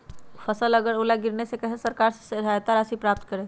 फसल का ओला गिरने से कैसे सरकार से सहायता राशि प्राप्त करें?